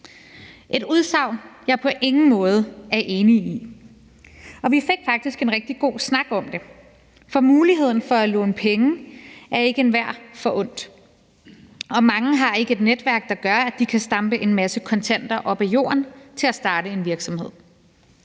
et udsagn, jeg på ingen måde er enig i, og vi fik faktisk en rigtig god snak om det. For muligheden for at låne penge er ikke enhver forundt, og mange har ikke et netværk, der gør, at de kan stampe en masse kontanter op af jorden til at starte en virksomhed.